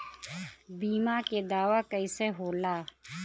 बीमा के दावा कईसे होला?